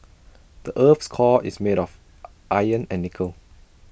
the Earth's core is made of iron and nickel